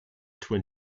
twin